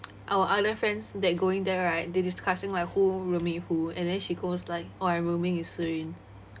our other friends that going there right they discussing like who rooming with who and then she goes like oh I rooming with shi yun